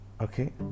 okay